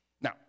Now